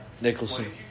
Nicholson